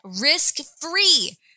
risk-free